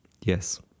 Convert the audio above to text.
Yes